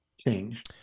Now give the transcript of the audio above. change